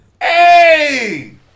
Hey